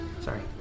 Sorry